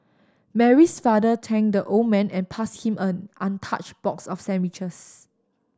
Mary's father thanked the old man and passed him an untouched box of sandwiches